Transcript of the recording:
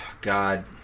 God